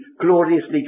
gloriously